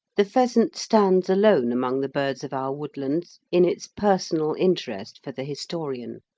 the pheasant stands alone among the birds of our woodlands in its personal interest for the historian.